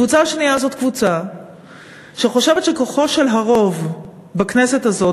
קבוצה שנייה זאת קבוצה שחושבת שכוחו של הרוב בכנסת הזאת,